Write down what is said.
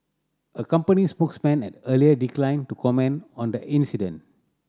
a company spokesman had earlier declined to comment on the incident